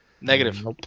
Negative